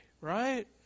right